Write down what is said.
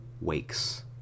wakes